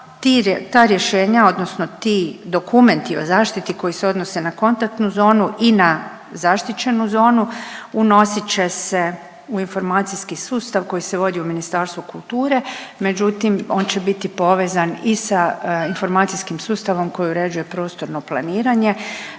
ta rješenja odnosno ti dokumenti o zaštiti koji se odnose na kontaktnu zonu i na zaštićenu zonu unosit će se u informacijski sustav koji se vodi u Ministarstvu kulture, međutim on će biti povezan i sa informacijskim sustavom koji uređuje prostorno planiranje,